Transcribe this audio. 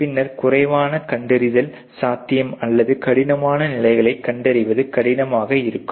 பின்னர் குறைவான கண்டறிதல் சாத்தியம் அல்லது கடினமான நிலைகளை கண்டறிவது கடினமாக இருக்கும்